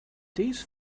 these